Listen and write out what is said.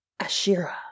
Ashira